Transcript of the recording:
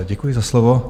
Děkuji za slovo.